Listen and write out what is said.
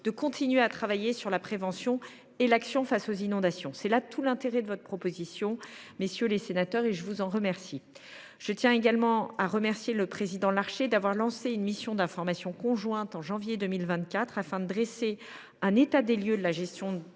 de continuer à travailler sur la prévention et l’action face aux inondations. C’est là tout l’intérêt de votre proposition de loi, messieurs les sénateurs, et je vous en remercie. Je tiens également à remercier le président Larcher d’avoir lancé une mission conjointe de contrôle en janvier 2024 afin de dresser un état de lieux de la gestion